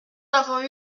avons